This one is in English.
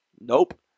Nope